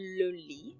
lonely